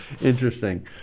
Interesting